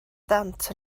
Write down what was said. dant